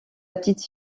petite